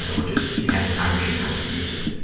and which is, if you had a time machine, how would you use it.